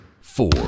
four